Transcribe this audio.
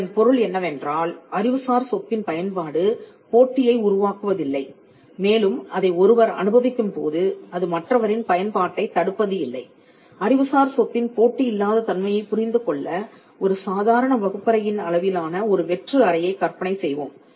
இதன் பொருள் என்னவென்றால் அறிவுசார் சொத்தின் பயன்பாடு போட்டியை உருவாக்குவதில்லை மேலும் அதை ஒருவர் அனுபவிக்கும் போது அது மற்றவரின் பயன்பாட்டைத் தடுப்பது இல்லை அறிவுசார் சொத்தின் போட்டி இல்லாத தன்மையைப் புரிந்துகொள்ள ஒரு சாதாரண வகுப்பறையின் அளவிலான ஒரு வெற்று அறையைக் கற்பனை செய்வோம்